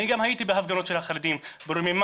אני גם הייתי בהפגנות של החרדים ברוממה,